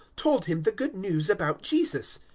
told him the good news about jesus.